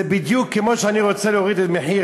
זה בדיוק כמו שאני רוצה להוריד את מחיר